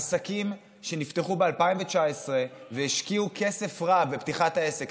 עסקים שנפתחו ב-2019 והשקיעו כסף רב בפתיחת העסק,